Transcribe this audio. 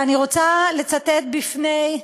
ואני רוצה לצטט בפני,